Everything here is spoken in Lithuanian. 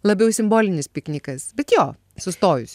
labiau simbolinis piknikas bet jo sustojus